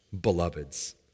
beloveds